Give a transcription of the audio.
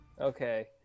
Okay